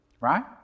Right